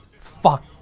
Fuck